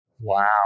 Wow